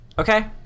Okay